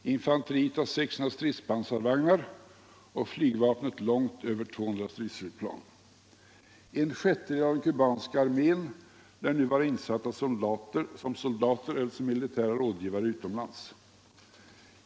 Infanteriet har 600 stridspansarvagnar, och flygvapnet har långt över 200 stridsflygplan. En sjättedel av den kubanska armén lär nu vara insatt som soldater eller som militära rådgivare utomlands.